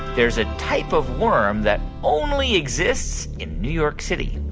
there's a type of worm that only exists in new york city?